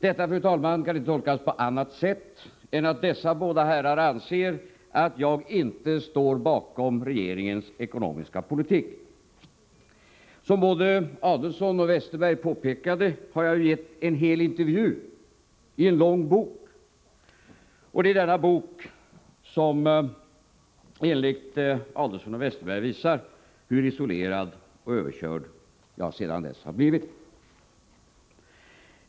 Detta kan inte tolkas på annat sätt än att dessa båda herrar anser att jag inte står bakom regeringens ekonomiska politik. Som både Ulf Adelsohn och Bengt Westerberg påpekade har jag givit en hel intervju i en bok. Enligt Ulf Adelsohn och Bengt Westerberg visar denna bok hur isolerad och överkörd jag har blivit.